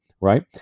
right